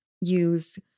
Use